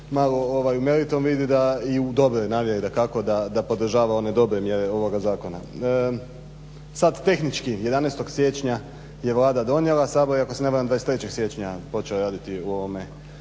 malo u meritum vidite da, i u dobroj namjeri dakako, da podržava one dobre mjere ovoga zakona. Sad tehnički 11. siječnja je Vlada donijela, Sabor je ako se ne varam 23. siječnja počeo raditi u ovome